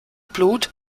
blut